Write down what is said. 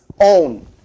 own